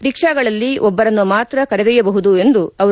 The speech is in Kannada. ರಿಕ್ವಾಗಳಲ್ಲಿ ಒಬ್ಬರನ್ನು ಮಾತ್ರ ಕರೆದೊಯ್ಬಬಹುದು ಎಂದರು